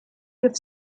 give